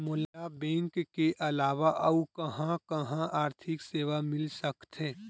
मोला बैंक के अलावा आऊ कहां कहा आर्थिक सेवा मिल सकथे?